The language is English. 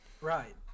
Right